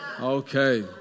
Okay